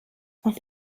auf